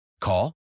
Call